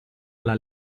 alla